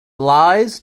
lies